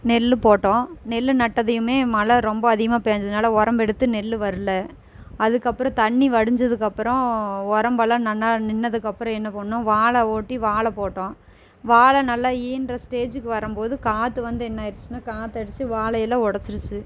நெல் போட்டோம் நெல் நட்டதையுமே மழை ரொம்ப அதிகமாக பெஞ்சதுனால உரம்பெடுத்து நெல் வர்லை அதுக்கப்புறம் தண்ணி வடிஞ்சதுக்கப்புறம் உரம்பெல்லாம் நன்றா நின்றதுக்கப்பறம் என்ன பண்ணிணோன்னா வாழை ஓட்டி வாழை போட்டோம் வாழை நல்லா ஈன்ற ஸ்டேஜிக்கு வரும் போது காற்று வந்து என்ன ஆகிருச்சினா காற்று அடித்து வாழையெல்லாம் உடச்சிருச்சி